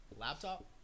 Laptop